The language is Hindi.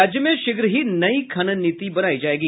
राज्य में शीघ्र ही नई खनन नीति बनायी जायेगी